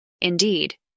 Indeed